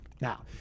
Now